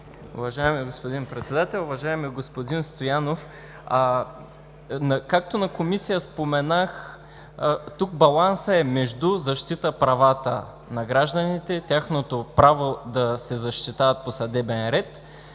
Уважаеми господин Председател, уважаеми господин Стоянов! Както на Комисия споменах, тук балансът е между защита правата на гражданите и тяхното право да се защитават по съдебен ред, и